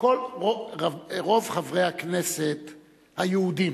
רוב חברי הכנסת היהודים